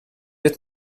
êtes